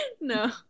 no